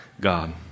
God